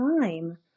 time